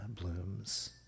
blooms